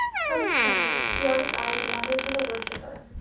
from his canvas, the artist's eyes wandered to the worshipper.